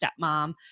stepmom